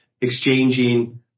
exchanging